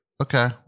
okay